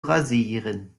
rasieren